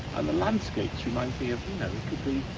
and the landscapes remind the ah